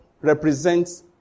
represents